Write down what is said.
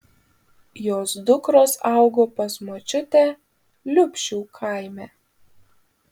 jos dukros augo pas močiutę liupšių kaime